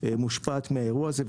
שאדם עם מוגבלות יכול לנסוע בו.